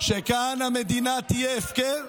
שכאן המדינה תהיה הפקר,